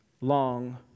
long